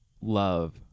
love